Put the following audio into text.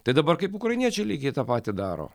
tai dabar kaip ukrainiečiai lygiai tą patį daro